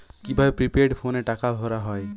কি ভাবে প্রিপেইড ফোনে টাকা ভরা হয়?